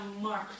Mark